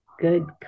good